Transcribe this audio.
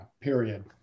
period